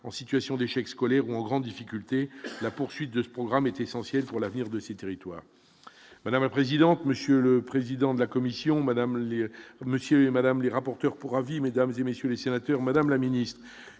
en situation d'échec scolaire ou en grande difficulté, la poursuite de ce programme est essentielle pour l'avenir de ces territoires, madame la présidente, monsieur le président de la commission Madame les monsieur et madame les rapporteurs pour avis, mesdames et messieurs les sénateurs, Madame la Ministre,